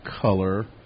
color